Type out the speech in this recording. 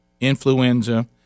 influenza